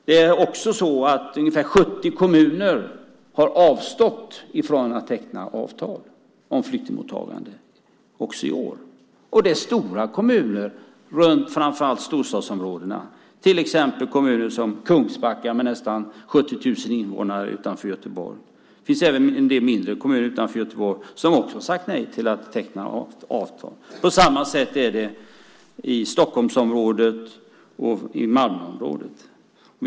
Det är också så att ungefär 70 kommuner har avstått från att teckna avtal om flyktingmottagande också i år. Det är stora kommuner runt framför allt storstadsområdena, kommuner som Kungsbacka utanför Göteborg med nästan 70 000 invånare. Det finns även en del mindre kommuner utanför Göteborg som har sagt nej till att teckna avtal. På samma sätt är det i Stockholmsområdet och i Malmöområdet.